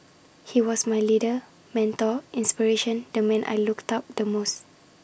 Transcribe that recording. he was my leader mentor inspiration the man I looked up the most